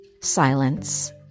silence